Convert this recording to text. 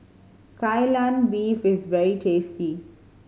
Kai Lan Beef is very tasty